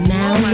now